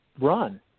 run